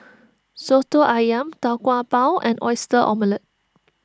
Soto Ayam Tau Kwa Pau and Oyster Omelette